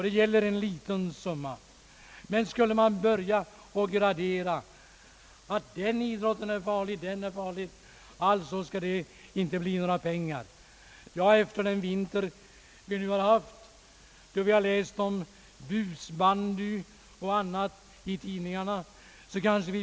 Det gäller en liten summa. Skulle man börja gradera och säga att den idrotten är farlig och den idrotten är farlig så det skall inte bli några pengar till dem, kanske vi — efter den vinter som vi nu har haft, då vi har läst i tidningarna om busbandy m. m,.